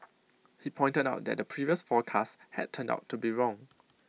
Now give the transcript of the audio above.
he pointed out that previous forecasts had turned out to be wrong